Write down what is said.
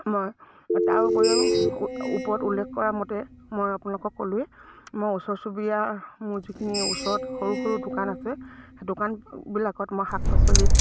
মই তাৰ উপৰিও ওপৰত উল্লেখ কৰা মতে মই আপোনালোকক ক'লোৱেই মই ওচৰ চুবুৰীয়া মোৰ যিখিনি ওচৰত সৰু সৰু দোকান আছে সেই দোকানবিলাকত মই শাক পাচলি